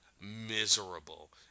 miserable